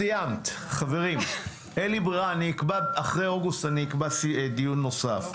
חברים, אחרי אוגוסט אני אקבע דיון נוסף.